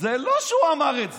לא שהוא אמר את זה,